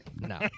No